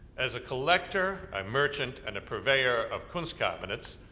as a collector, a merchant, and purveyor of kunst cabinets,